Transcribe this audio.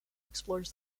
explores